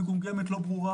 לא ברורה,